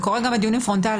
זה קורה גם בדיונים פרונטליים,